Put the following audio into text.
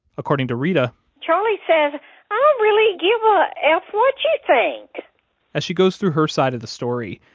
according to reta charlie said, i don't really give a f what you think as she goes through her side of the story,